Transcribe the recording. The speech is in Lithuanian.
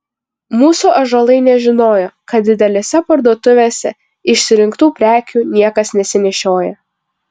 mūsų ąžuolai nežinojo kad didelėse parduotuvėse išsirinktų prekių niekas nesinešioja